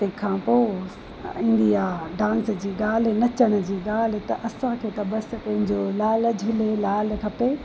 तंहिंखा पोइ ईंदी आहे डांस जी ॻाल्हि नचण जी ॻाल्हि त असांखे त बसि पंहिंजे लाल झूलेलाल खपे